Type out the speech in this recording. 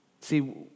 See